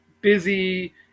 busy